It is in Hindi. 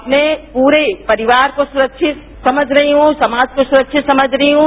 अपने पूरे परिवार को सुरक्षित समझ रही हूं समाज का सुरक्षित समझ रही हूं